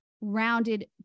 rounded